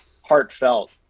heartfelt